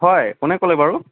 হয় কোনে ক'লে বাৰু